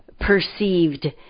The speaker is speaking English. perceived